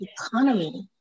economy